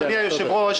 אדוני היושב-ראש,